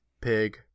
Pig